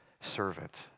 servant